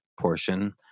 portion